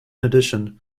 addition